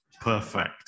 perfect